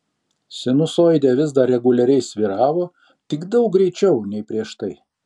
sinusoidė vis dar reguliariai svyravo tik daug greičiau nei prieš tai